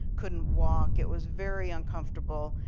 couldn't walk. it was very uncomfortable,